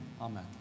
Amen